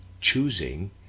choosing